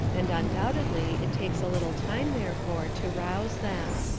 and undoubtedly it takes a little time, therefore, to rouse them.